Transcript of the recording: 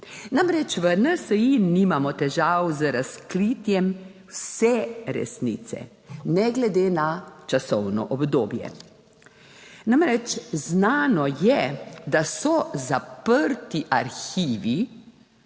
Namreč, v NSi nimamo težav z razkritjem vse resnice, ne glede na časovno obdobje. Namreč, znano je, da so zaprti arhivi,